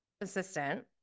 assistant